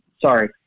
sorry